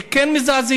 זה כן מזעזע.